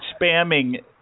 spamming